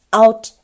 ，out 。